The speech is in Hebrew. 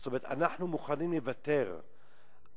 זאת אומרת, אנחנו מוכנים לוותר על